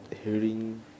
hearing